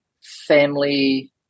family